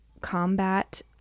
combat